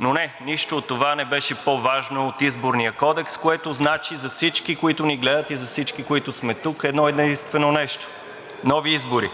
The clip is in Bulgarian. Но не, нищо от това не беше по-важно от Изборния кодекс, което значи за всички, които ни гледат и за всички, които сме тук, едно-единствено нещо – нови избори,